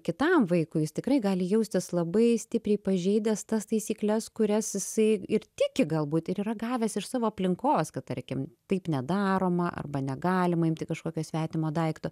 kitam vaikui jis tikrai gali jaustis labai stipriai pažeidęs tas taisykles kurias jisai ir tiki galbūt ir yra gavęs iš savo aplinkos kad tarkim taip nedaroma arba negalima imti kažkokio svetimo daikto